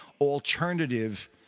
alternative